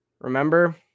Remember